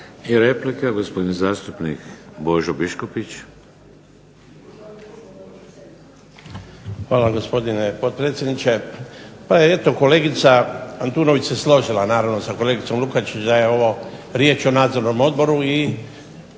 I replika, gospodin zastupnik Božo Biškupić. **Biškupić, Božo (HDZ)** Hvala gospodine potpredsjedniče. Pa eto kolegica Antunović se složila naravno sa kolegicom Lukačić da je ovo riječ o nadzornom odboru i